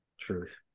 truth